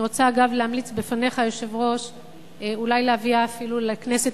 אני רוצה להמליץ בפניך אולי להביאה אפילו לכנסת